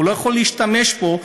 הוא לא יכול להשתמש בו,